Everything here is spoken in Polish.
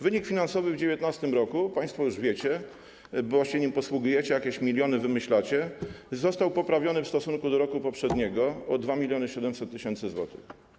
Wynik finansowy w 2019 r. - państwo już wiecie, bo się nim posługujecie, jakieś miliony wymyślacie - został poprawiony w stosunku do roku poprzedniego o 2700 tys. zł.